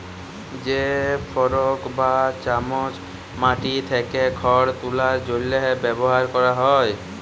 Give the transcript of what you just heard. যে ফরক বা চামচ মাটি থ্যাকে খড় তুলার জ্যনহে ব্যাভার ক্যরা হয়